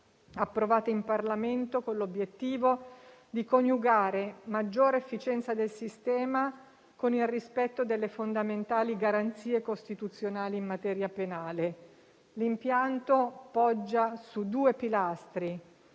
approvata in Parlamento con l'obiettivo di coniugare maggiore efficienza del sistema con il rispetto delle fondamentali garanzie costituzionali in materia penale. L'impianto poggia su due pilastri: